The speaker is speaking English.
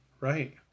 Right